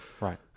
Right